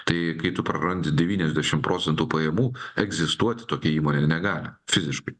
tai kai tu prarandi devyniasdešim procentų pajamų egzistuoti tokia įmonė negali fiziškai